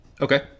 Okay